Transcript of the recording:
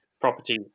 properties